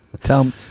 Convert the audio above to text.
tell